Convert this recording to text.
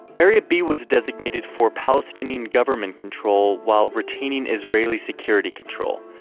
area b was designated for palestinian government control while retaining israeli security control,